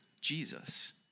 Jesus